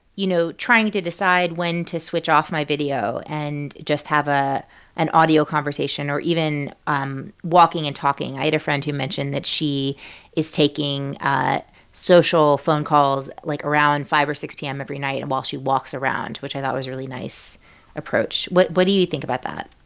you know, trying to decide when to switch off my video and just have ah an audio conversation, or even um walking and talking i had a friend who mentioned that she is taking social phone calls, like, around five or six p m. every night and while she walks around, which i thought was a really nice approach. what but do you you think about that?